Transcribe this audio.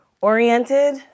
oriented